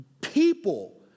people